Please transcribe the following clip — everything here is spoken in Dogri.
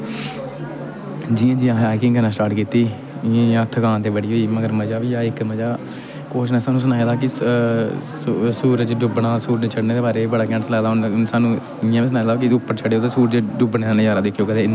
जियां जियां असें हाइकिंग करना स्टार्ट कित्ती इ'यां इ'यां थकान ते बड़ी होई मगर मजा बी आया इक मजा कोच ने साह्नू सनाए दा हा कि सूरज डुब्बना सूरज चढ़ने बारै बी बड़ा कैंट सनाये दा ही साह्नू एह् बी सनाए दा ही कि उप्पर चढ़े दा त् डुबदे दा नजारा दिक्खेओ कदें इ'न्ना मजा आना कोई साह्ब नीं